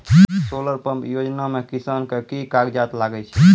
Solar pump योजना म किसान के की कागजात लागै छै?